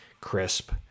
crisp